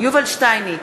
יובל שטייניץ,